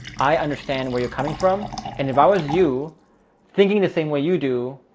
i understand where you're coming from and if i was you thinking the same way you do,